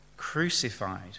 crucified